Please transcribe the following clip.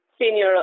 senior